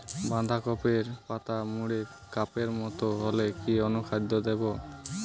বাঁধাকপির পাতা মুড়ে কাপের মতো হলে কি অনুখাদ্য দেবো?